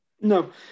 No